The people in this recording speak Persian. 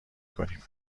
کنیم